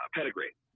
Pedigree